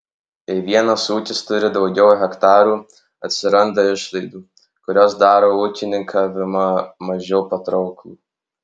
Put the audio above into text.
jei vienas ūkis turi daugiau hektarų atsiranda išlaidų kurios daro ūkininkavimą mažiau patrauklų